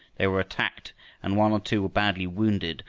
they were attacked and one or two were badly wounded,